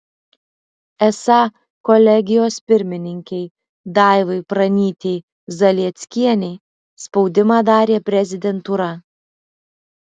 esą kolegijos pirmininkei daivai pranytei zalieckienei spaudimą darė prezidentūra